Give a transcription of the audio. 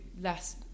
less